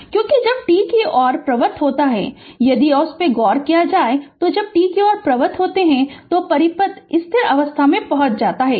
क्योंकि जब t की ओर प्रवृत्त होता है यदि उस पर गौर करें जब t की ओर प्रवृत्त होता है तो परिपथ स्थिर अवस्था में पहुंच जाता है